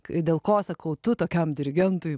kad dėl ko sakau tu tokiam dirigentui